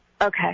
Okay